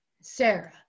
Sarah